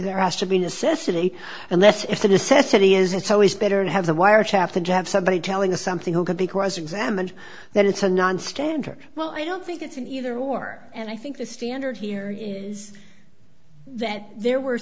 there has to be necessity and that it's a necessity as it's always better to have the wiretap to jab somebody telling us something who can be cross examined that it's a nonstandard well i don't think it's an either or and i think the standard here is that there were